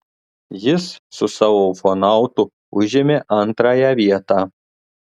jis su savo ufonautu užėmė antrąją vietą